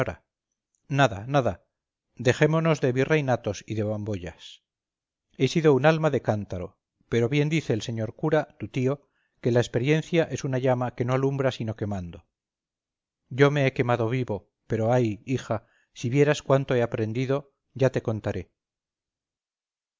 nada nada dejémonos de virreinatos y de bambollas he sido un alma de cántaro pero bien dice el señor cura tu tío que la experiencia es una llama que no alumbra sino quemando yo me he quemado vivo pero ay hija si vieras cuánto he aprendido ya te contaré